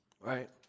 right